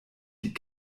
die